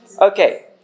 Okay